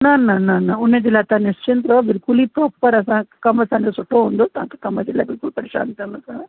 न न न न उन जे लाइ तव्हां निश्चिंत रहो बिल्कुल ई प्रोपर कमु असांजो सुठो हूंदो तव्हां कम जे लाइ कोई परेशानु न थियो तव्हां